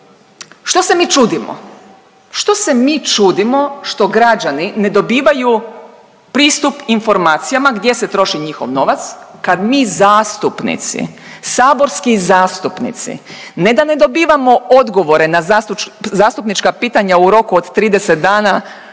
što se mi čudimo? Što se mi čudimo što građani ne dobivaju pristup informacijama gdje se troši njihov novac kad mi zastupnici, saborski zastupnici, ne da ne dobivamo odgovore na zastupnička pitanja u roku od 30 dana